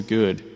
good